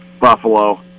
Buffalo